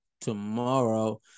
tomorrow